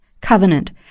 covenant